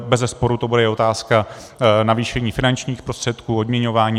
Bezesporu to byla i otázka navýšení finančních prostředků, odměňování atd.